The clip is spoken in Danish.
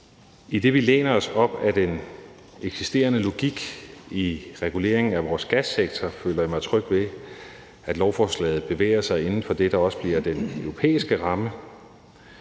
Idet vi læner os op ad den eksisterende logik i reguleringen af vores gassektor, føler jeg mig tryg ved, at lovforslaget bevæger sig inden for det, der også bliver den europæiske ramme